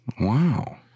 Wow